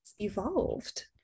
evolved